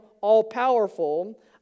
all-powerful